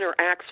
interacts